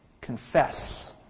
Confess